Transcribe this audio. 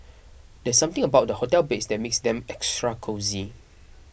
there's something about hotel beds that makes them extra cosy